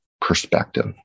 perspective